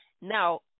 Now